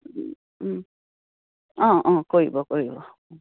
অঁ অঁ কৰিব কৰিব